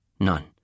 None